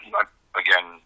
again